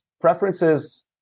preferences